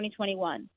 2021